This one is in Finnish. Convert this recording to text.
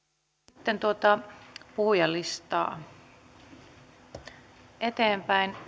sitten tuota puhujalistaa eteenpäin